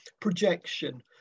projection